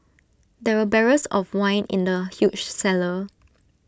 there were barrels of wine in the huge cellar